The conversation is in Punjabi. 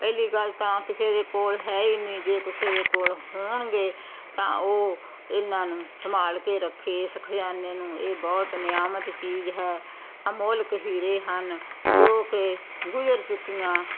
ਪਹਿਲੀ ਗੱਲ ਤਾਂ ਕਿਸੇ ਦੇ ਕੋਲ ਹੈ ਹੀ ਨਹੀਂ ਜੇ ਕਿਸੇ ਦੇ ਕੋਲ ਹੋਣਗੇ ਤਾਂ ਉਹ ਇਹਨਾਂ ਨੂੰ ਸੰਭਾਲ ਕੇ ਰੱਖੇ ਇਸ ਖ਼ਜ਼ਾਨੇ ਨੂੰ ਇਹ ਬਹੁਤ ਨਿਆਮਤ ਚੀਜ਼ ਹੈ ਅਮੋਲਕ ਹੀਰੇ ਹਨ ਜੋ ਕਿ ਗੁਜ਼ਰ ਚੁੱਕੀਆਂ